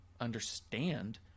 understand